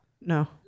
No